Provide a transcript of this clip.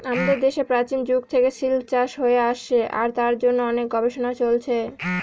আমাদের দেশে প্রাচীন যুগ থেকে সিল্ক চাষ হয়ে আসছে আর তার জন্য অনেক গবেষণাও চলছে